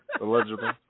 Allegedly